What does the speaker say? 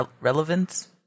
relevance